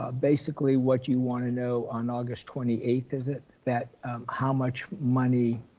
ah basically what you want to know on august twenty eighth is it, that how much money,